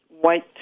white